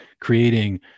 creating